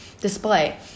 display